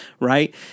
right